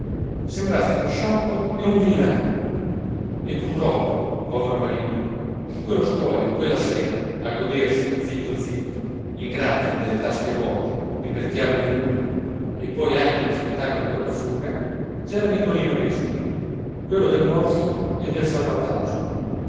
sembrasti uno sciocco e un villano e purtroppo povero marino su quello scoglio quella sera a godersi zitto zitto in grazia delle tasche vuote il bel chiaro di luna e poi anche lo spettacolo della tua fuga c'era nicolino respi quello del morso e del salvataggio